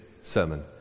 sermon